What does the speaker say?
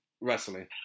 wrestling